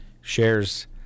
shares